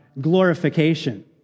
glorification